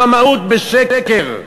ברמאות, בשקר?